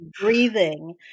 breathing